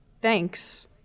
thanks